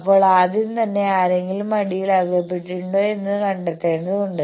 അപ്പോൾ ആദ്യം തന്നെ ആരെങ്കിലും അടിയിൽ അകപ്പെട്ടിട്ടുണ്ടോ എന്ന് കണ്ടെതേണ്ടതുണ്ട്